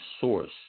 source